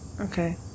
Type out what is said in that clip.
okay